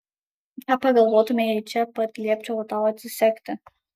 ką pagalvotumei jei čia pat liepčiau tau atsisegti